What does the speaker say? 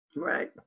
Right